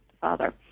father